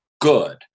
good